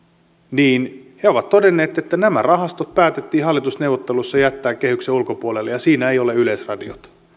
niin he ovat todenneet että nämä rahastot päätettiin hallitusneuvotteluissa jättää kehyksen ulkopuolelle ja siinä ei ole yleisradiota